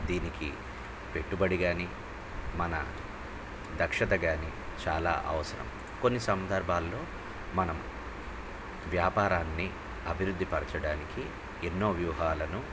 దీనికి పెట్టుబడి కానీ మన దక్షత కానీ చాలా అవసరం కొన్ని సందర్భాల్లో మనం వ్యాపారాన్ని అభివృద్ధి పరచడానికి ఎన్నో వ్యూహాలను